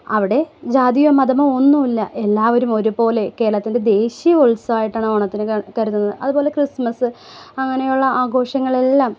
അവിടെ ജാതിയോ മതമോ ഒന്നുമില്ല എല്ലാവരും ഒരുപോലെ കേരളത്തിൻ്റെ ദേശീയ ഉത്സവായിട്ടാണ് ആ ഓണത്തിനെ കരുതുന്നത് അതുപോലെ ക്രിസ്മസ് അങ്ങനെയുള്ള ആഘോഷങ്ങളെ എല്ലാം